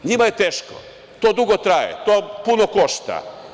NJima je teško, to dugo traje, to puno košta.